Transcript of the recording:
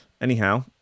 Anyhow